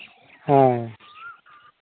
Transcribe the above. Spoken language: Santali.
ᱦᱮᱸ